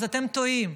אז אתם טועים.